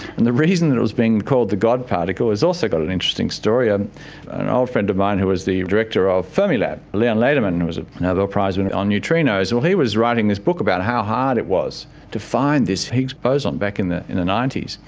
and the reason that it was being called the god particle has also got an interesting story. and an old friend of mine who was the director of fermilab, leon lederman was a nobel prize winner on neutrinos, well he was writing this book about how hard it was to find this higgs boson back in the zero nine zero s.